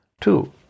Two